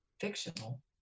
fictional